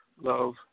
love